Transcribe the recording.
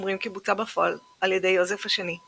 שאומרים כי בוצעה בפועל על ידי יוזף השני,